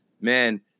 man